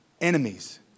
enemies